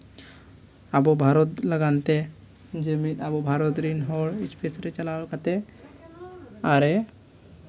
ᱟᱵᱚ ᱵᱷᱟᱨᱚᱛ ᱞᱟᱜᱟᱱ ᱛᱮ ᱡᱮ ᱢᱤᱫ ᱟᱵᱚ ᱵᱷᱟᱨᱚᱛ ᱨᱮᱱ ᱦᱚᱲ ᱥᱯᱮᱹᱥ ᱨᱮ ᱪᱟᱞᱟᱣ ᱠᱟᱛᱮᱫ ᱟᱨᱮ